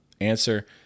Answer